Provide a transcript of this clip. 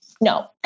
No